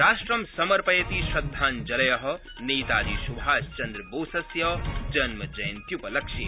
राष्ट्रं समर्पयति श्रद्धाञ्जल नेताजीसुभाषचन्द्रबोसस्य जन्मजयत्युपलक्ष्ये